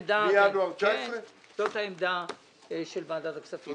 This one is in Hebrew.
כן, זאת העמדה של ועדת הכספים.